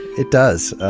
it does.